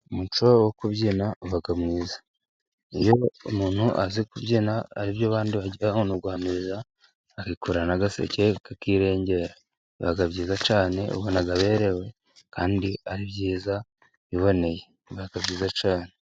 Umuco wo kubyina uba mwiza. Iyo umuntu azi kubyina ari byo abandi bagira ngo ni uguhamiriza akikorera n'agaseke akakirengera, biba byiza cyane, ubona yaberewe kandi ari byiza, biboneye. Biba byiza cyane.